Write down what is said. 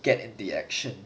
get in the action